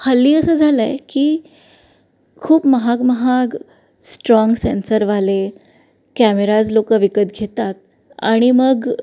हल्ली असं झालं आहे की खूप महाग महाग स्ट्राँग सेन्सरवाले कॅमेराज लोकं विकत घेतात आणि मग